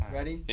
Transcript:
Ready